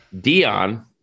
Dion